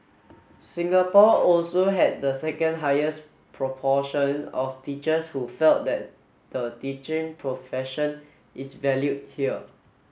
Singapore also had the second highest proportion of teachers who felt that the teaching profession is valued here